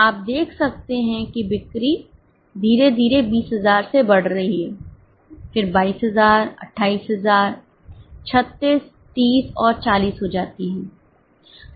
आप देख सकते हैं कि बिक्री धीरे धीरे 20000 से बढ़ रही है फिर 22 28 36 30 और 40 हो जाती है